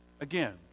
Again